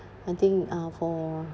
I think uh for